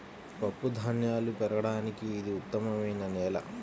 పప్పుధాన్యాలు పెరగడానికి ఇది ఉత్తమమైన నేల